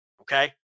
Okay